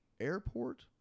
Airport